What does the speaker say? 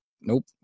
nope